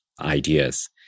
ideas